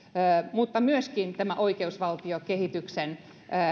mutta myöskin oikeusvaltiokehityksen